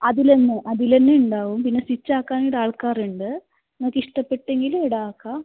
അതിൽ തന്നെ അതിൽ തന്നെയുണ്ടാവും പിന്നെ സ്റ്റിച്ച് ആക്കാനായിട്ട് ആൾക്കാരുണ്ട് നിങ്ങൾക്ക് ഇഷ്ടപ്പെട്ടെങ്കിൽ ഈട ആക്കാം